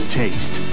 taste